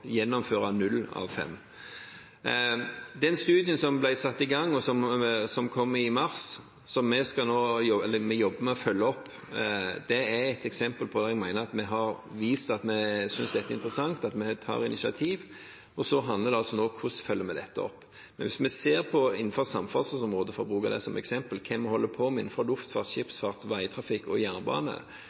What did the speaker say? gjennomføre null av fem. Den studien som ble satt i gang, og som kom i mars, som vi jobber med å følge opp, er et eksempel på at vi har vist at vi synes at dette er interessant, at vi tar initiativ. Så handler det nå om hvordan vi følger dette opp. Men hvis vi ser på samferdselsområdet, for å bruke det som eksempel, hva vi holder på med innenfor luftfart, skipsfart, veitrafikk og jernbane,